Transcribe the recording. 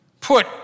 Put